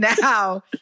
now